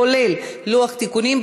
כולל לוח תיקונים,